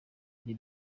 ari